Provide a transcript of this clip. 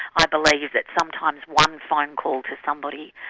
i believe that sometimes one phone call to somebody